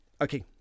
Okay